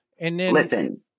Listen